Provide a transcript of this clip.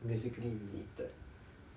musically related